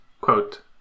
quote